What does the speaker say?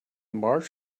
march